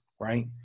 right